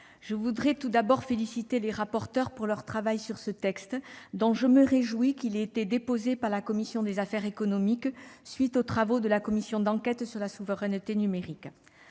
je veux tout d'abord féliciter les rapporteurs pour leur travail sur ce texte, dont je me réjouis qu'il ait été déposé par la commission des affaires économiques à la suite des travaux de la commission d'enquête sur la souveraineté numérique.